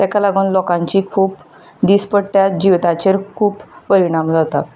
तेका लागून लोकांची खूब दिसपट्ट्या जिविताचेर खूब परिणाम जाता